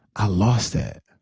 i lost that.